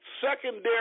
secondary